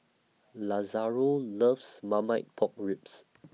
Lazaro loves Marmite Pork Ribs